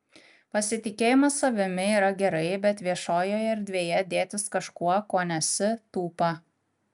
pasitikėjimas savimi yra gerai bet viešojoje erdvėje dėtis kažkuo kuo nesi tūpa